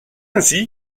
ainsi